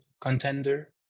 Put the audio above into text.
contender